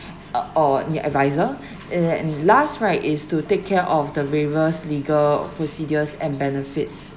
uh or advisor a~ and last right is to take care of the various legal procedures and benefits